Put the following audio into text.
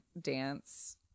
dance